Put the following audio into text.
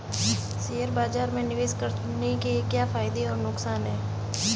Share बाज़ार में निवेश करने के क्या फायदे और नुकसान हैं?